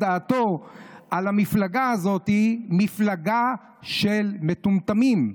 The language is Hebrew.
דעתו על המפלגה הזאת: "מפלגה של מטומטמים",